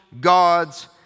God's